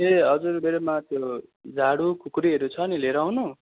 ए हजुर मेरोमा त्यो झाडु खुकुरीहरू छ नि लिएर आउनु